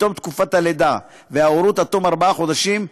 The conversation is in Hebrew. מתום תקופת הלידה וההורות עד תום ארבעה חודשים,